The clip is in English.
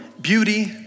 Beauty